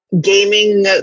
gaming